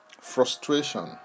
frustration